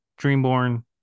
Dreamborn